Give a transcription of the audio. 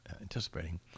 anticipating